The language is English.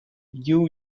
you